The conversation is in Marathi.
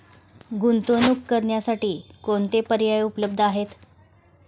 गुंतवणूक करण्यासाठी कोणते पर्याय उपलब्ध आहेत?